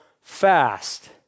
fast